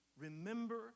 remember